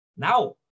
Now